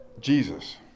Jesus